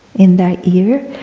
in that year,